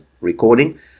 recording